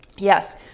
Yes